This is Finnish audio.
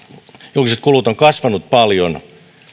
julkiset kulut ovat kasvaneet paljon